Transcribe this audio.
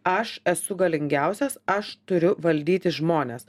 aš esu galingiausias aš turiu valdyti žmones